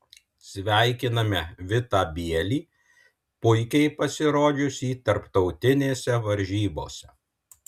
sveikiname vitą bielį puikiai pasirodžiusį tarptautinėse varžybose